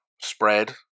spread